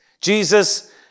Jesus